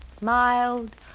mild